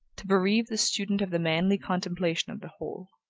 to bereave the student of the manly contemplation of the whole.